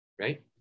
right